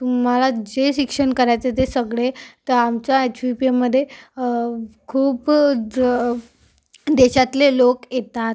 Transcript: तुम्हाला जे शिक्षण करायचे आहे ते सगळे त्या आमच्या एच व्ही पी एममध्ये खूप ज देशातले लोक येतात